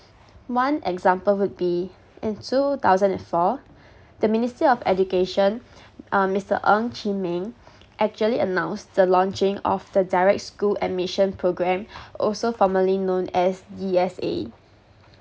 one example would be in two thousand and four the ministry of education um mister Ng-Chee-Meng actually announce the launching of the direct school admission programme also formerly known as D_S_A